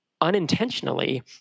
unintentionally